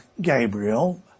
Gabriel